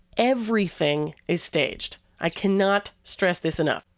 everything is staged. i cannot stress this enough.